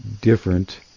different